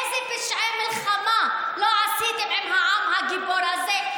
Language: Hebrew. איזה פשעי מלחמה לא עשיתם עם העם הגיבור הזה.